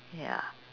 ya